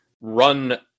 run